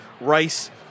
rice